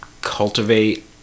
cultivate